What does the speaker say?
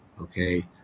okay